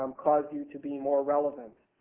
um cause you to be more relevant.